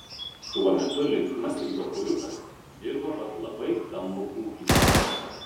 tuo metu linksmasis bachūriukas dirbo pas labai stambų ūkininką